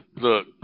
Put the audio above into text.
look